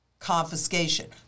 Confiscation